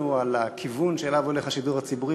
על הכיוון שאליו הולך השידור הציבורי,